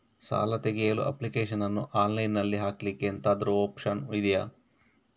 ಸಾಲ ತೆಗಿಯಲು ಅಪ್ಲಿಕೇಶನ್ ಅನ್ನು ಆನ್ಲೈನ್ ಅಲ್ಲಿ ಹಾಕ್ಲಿಕ್ಕೆ ಎಂತಾದ್ರೂ ಒಪ್ಶನ್ ಇದ್ಯಾ?